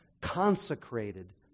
consecrated